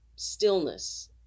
stillness